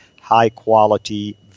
high-quality